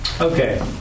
Okay